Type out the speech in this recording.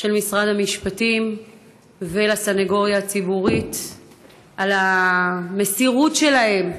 של משרד המשפטים ולסנגוריה הציבורית על המסירות שלהם,